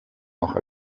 noch